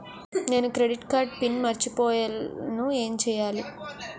నేను credit card debit card PIN మర్చిపోయేను ఎం చెయ్యాలి?